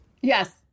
Yes